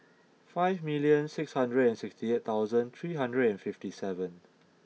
five million six hundred and sixty eight thousand three hundred and fifty seven